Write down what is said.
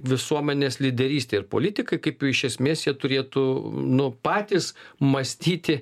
visuomenės lyderystę ir politikai kaip iš esmės jie turėtų nu patys mąstyti